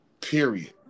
period